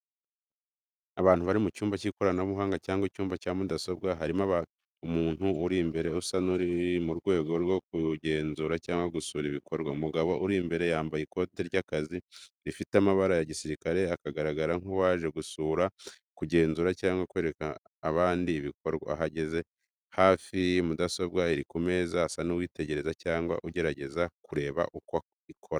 Abantu bari mu cyumba cy’ikoranabuhanga cyangwa icyumba cya mudasobwa, harimo umuntu uri imbere usa n’uri mu rwego rwo kugenzura cyangwa gusura ibikorwa. Umugabo uri imbere yambaye ikote ry’akazi rifite amabara ya gisirikare, akagaragara nk’uwaje gusura, kugenzura cyangwa kwereka abandi ibikorwa. Ahagaze hafi ya mudasobwa iri ku meza, asa n’uwitegereza cyangwa ugerageza kureba uko ikora.